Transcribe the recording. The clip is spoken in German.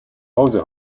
hause